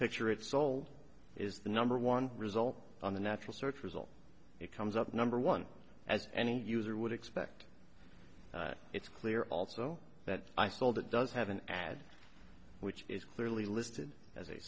picture its soul is the number one result on the natural search result it comes up number one as any user would expect it's clear also that i sold it does have an ad which is clearly listed as a